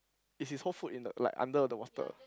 is his whole foot in the like under the water